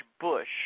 Bush